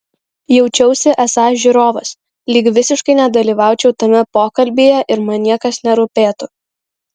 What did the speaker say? jaučiausi esąs žiūrovas lyg visiškai nedalyvaučiau tame pokalbyje ir man niekas nerūpėtų